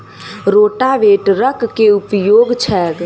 रोटावेटरक केँ उपयोग छैक?